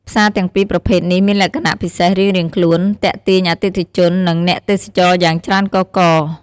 ផ្សារទាំងពីរប្រភេទនេះ មានលក្ខណៈពិសេសរៀងៗខ្លួន ទាក់ទាញអតិថិជន និងអ្នកទេសចរណ៍យ៉ាងច្រើនកុះករ។